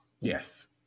Yes